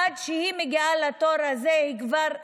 עד שהיא מגיעה לתור הזה היא כבר,